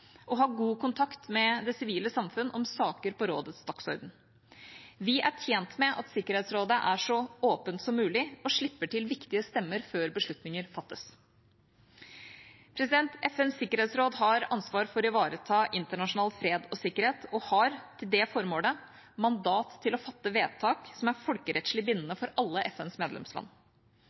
ha god kontakt med det sivile samfunn om saker på rådets dagsorden. Vi er tjent med at Sikkerhetsrådet er så åpent som mulig og slipper til viktige stemmer før beslutninger fattes. FNs sikkerhetsråd har ansvar for å ivareta internasjonal fred og sikkerhet og har, til det formålet, mandat til å fatte vedtak som er folkerettslig bindende for alle FNs medlemsland.